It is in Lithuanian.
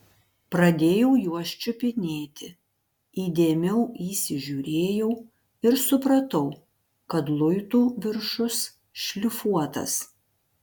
pradėjau juos čiupinėti įdėmiau įsižiūrėjau ir supratau kad luitų viršus šlifuotas